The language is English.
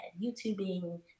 YouTubing